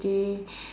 ~day